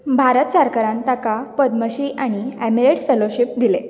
भारत सरकारान ताका पद्मश्री आनी एमरेटस फेलोशिप दिले